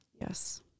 Yes